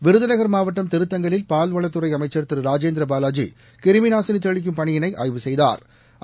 விருதுநகர் மாவட்டம் திருத்தங்கலில் பால்வளத்துறை அமைச்சள் திரு ராஜேந்திரபாலாஜி கிருமி நாசினி தெளிக்கும் பணியினை ஆய்வு செய்தாா்